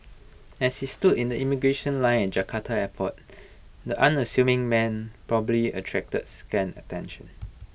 as he stood in the immigration line at Jakarta airport the unassuming man probably attracted scant attention